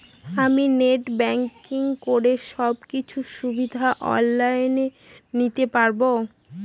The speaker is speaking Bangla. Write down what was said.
আমি নেট ব্যাংকিং করে সব কিছু সুবিধা অন লাইন দিতে পারবো?